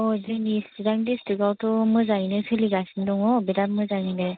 अ जोंनि चिरां दिस्ट्रिक्टआवथ' मोजाङैनो सोलिगासिनो दङ बिराद मोजाङैनो